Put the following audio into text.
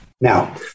Now